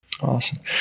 Awesome